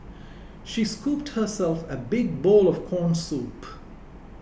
she scooped herself a big bowl of Corn Soup